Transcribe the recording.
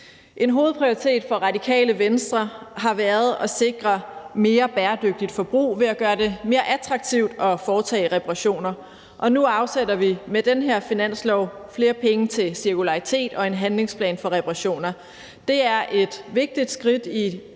En hovedprioritet for Radikale Venstre har været at sikre et mere bæredygtigt forbrug ved at gøre det mere attraktivt at foretage reparationer, og nu afsætter vi med den her finanslov flere penge til cirkularitet og en handlingsplan for reparationer. Det er et vigtigt skridt i